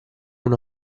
una